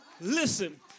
Listen